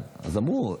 אז אמרו,